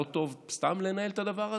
לא טוב סתם לנהל את הדבר הזה?